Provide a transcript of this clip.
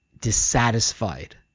dissatisfied